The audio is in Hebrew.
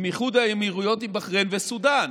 עם איחוד האמירויות, עם בחריין וסודאן,